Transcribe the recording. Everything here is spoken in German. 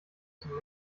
zum